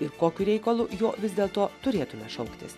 ir kokiu reikalu jo vis dėlto turėtume šauktis